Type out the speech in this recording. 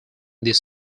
this